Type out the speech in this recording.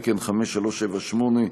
תקן 5378,